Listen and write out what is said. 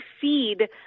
feed